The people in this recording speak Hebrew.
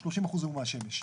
30% היו מהשמש.